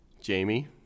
jamie